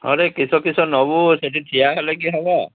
ଆରେ କିସ କିସ ନେବୁ ସେଠି ଠିଆ ହେଲେ କି ହେବ